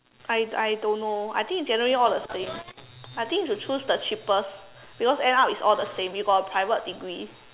I I don't know I think generally all the same I think you should choose the cheapest because end up it's all the same you got a private degree